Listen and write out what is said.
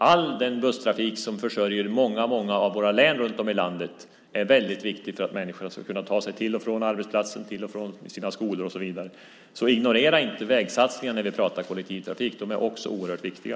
All den busstrafik som försörjer många av våra län runt om i landet är väldigt viktig för att människor ska kunna ta sig till och från arbetsplatser, till och från sina skolor och så vidare. Ignorera alltså inte vägsatsningar när vi pratar om kollektivtrafik! De är också oerhört viktiga.